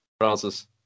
Francis